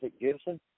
Gibson